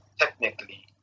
technically